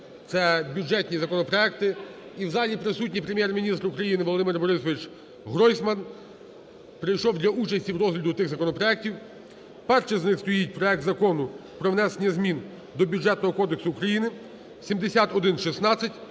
є бюджетні законопроекти. І в залі присутній Прем'єр-міністр України Володимир Борисович Гройсман, прийшов для участі в розгляді тих законопроектів. Перший з них стоїть проект Закону про внесення змін до Бюджетного кодексу України (7116)